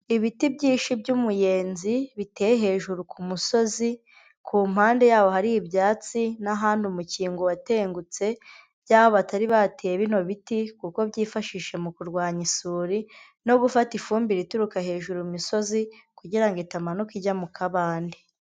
Ibiti byinshi by'umuyenzi biteye hejuru ku musozi, ku mpande yawo hari ibyatsi n'ahandi umukingo watengutse by'aho batari bateye bino biti kuko byifashishije mu kurwanya isuri no gufata ifumbire ituruka hejuru mu misozi kugira ngo itamanuka ijya mu kabande.